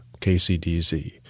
KCDZ